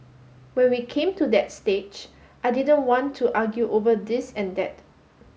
when we came to that stage I didn't want to argue over this and that